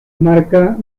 marca